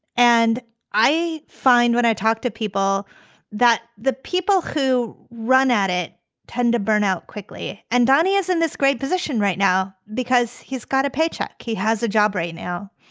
and i find when i talk to people that the people who run at it tend to burn out quickly. and danny is in this great position right now because he's got a paycheck. he has a job right now.